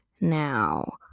Now